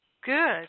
Good